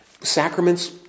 Sacraments